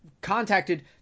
contacted